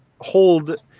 hold